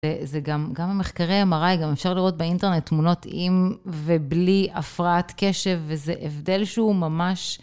זה גם במחקרי MRI, גם אפשר לראות באינטרנט תמונות עם ובלי הפרעת קשב, וזה הבדל שהוא ממש...